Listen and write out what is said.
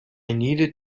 needed